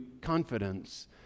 confidence